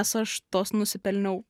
nes aš tos nusipelniau